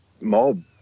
mob